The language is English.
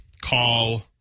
call